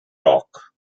rock